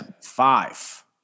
five